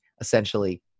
essentially